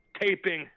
taping